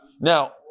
Now